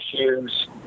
issues